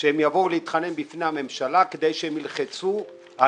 שהם יבואו להתחנן בפני הממשלה כדי ללחוץ על